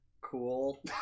cool